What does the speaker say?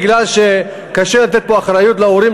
מכיוון שקשה לתת פה אחריות להורים,